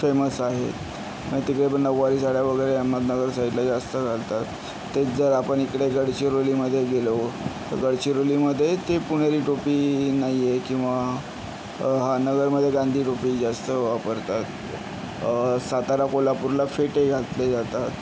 famous आहेत म तिकडे पण नऊवारी साड्या वगैरे अहमदनगर साईडला जास्त चालतात तेच जर आपण इकडे गडचिरोलीमध्ये गेलो तर गडचिरोलीमध्ये ते पुणेरी टोपी नाही आहे किंवा हां नगरमध्ये गांधी टोपी जास्त वापरतात सातारा कोल्हापूरला फेटे घातले जातात